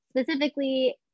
specifically